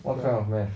what kind of math